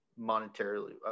monetarily